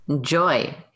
joy